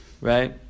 right